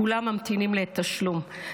כולם ממתינים לתשלום.